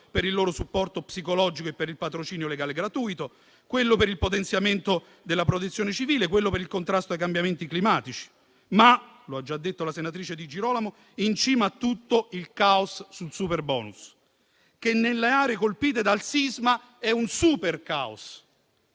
per il loro supporto psicologico e per il patrocinio legale gratuito; quello per il potenziamento della Protezione civile; quello per il contrasto ai cambiamenti climatici; ma, come ha già detto la senatrice Di Girolamo, in cima a tutto vi è il caos sul superbonus, che nelle aree colpite dal sisma è un supercaos.